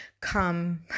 come